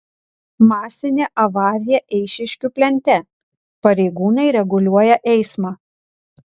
masinė avarija eišiškių plente pareigūnai reguliuoja eismą